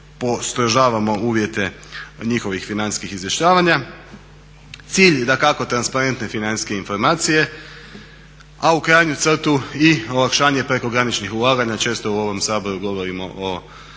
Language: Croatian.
postrožavamo uvjete njihovih financijskih izvještavanja. Cilj dakako transparentne financijske informacije a u krajnju crtu i olakšanje prekograničnih ulaganja često u ovom Saboru govorimo o